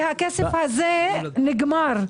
כי הכסף הזה נגמר.